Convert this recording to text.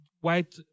white